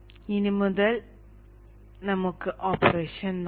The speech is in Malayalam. ഇനി നമുക്ക് ഓപ്പറേഷൻ നോക്കാം